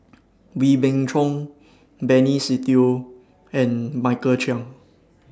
Wee Beng Chong Benny Se Teo and Michael Chiang